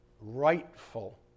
rightful